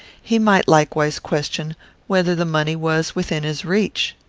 he might likewise question whether the money was within his reach.